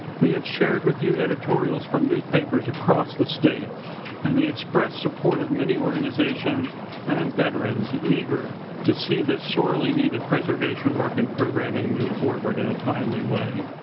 we've shared with you editorials from newspapers across the state and we express support of many organizations and veterans eager to see this sorely needed preservation work and programming move forward in a timely way.